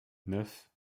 neuf